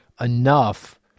enough